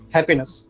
Happiness